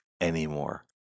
anymore